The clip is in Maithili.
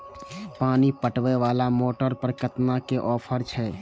पानी पटवेवाला मोटर पर केतना के ऑफर छे?